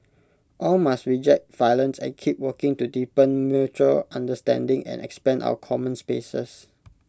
all must reject violence and keep working to deepen mutual understanding and expand our common spaces